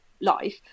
life